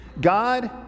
God